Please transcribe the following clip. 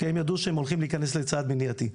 כי הם ידעו שהם הולכים להיכנס לצעד מניעתי,